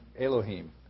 Elohim